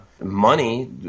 money